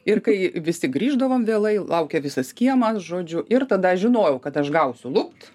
ir kai visi grįždavom vėlai laukia visas kiemas žodžiu ir tada žinojau kad aš gausiu lupt